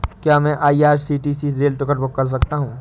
क्या मैं आई.आर.सी.टी.सी से रेल टिकट बुक कर सकता हूँ?